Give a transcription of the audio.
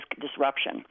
disruption